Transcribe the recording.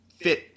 fit